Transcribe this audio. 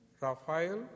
Raphael